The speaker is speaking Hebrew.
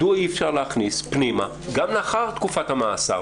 מדוע אי אפשר להכניס פנימה גם לאחר תקופת המאסר,